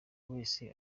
wese